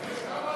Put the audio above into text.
נתקבלו.